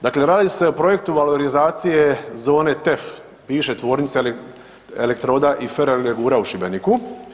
Dakle, radi se o projektu valorizacije zone TEF bivše Tvornice elektroda i ferolegura u Šibeniku.